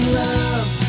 love